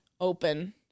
open